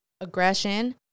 aggression